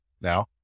now